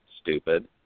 stupid